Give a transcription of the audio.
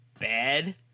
bad